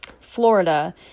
Florida